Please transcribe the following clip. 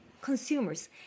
consumers